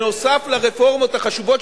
נוסף על הרפורמות החשובות,